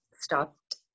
stopped